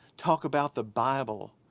talk about the bible.